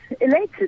elated